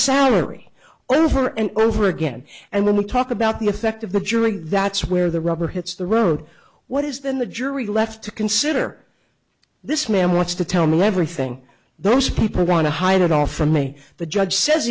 salary or over and over again and when we talk about the effect of the jury that's where the rubber hits the road what is then the jury left to consider this man wants to tell me everything those people are going to hide it all from me the judge says